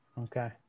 Okay